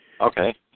Okay